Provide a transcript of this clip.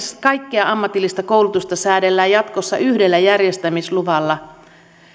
kaikkea ammatillista koulutusta säädellään jatkossa yhdellä järjestämisluvalla